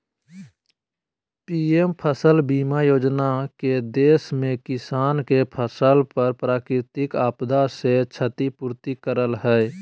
PM फसल बीमा योजना के देश में किसान के फसल पर प्राकृतिक आपदा से क्षति पूर्ति करय हई